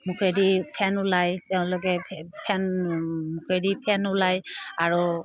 মুখেদি ফেন ওলায় তেওঁলোকে ফেন মুখেদি ফেন ওলায় আৰু